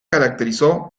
caracterizó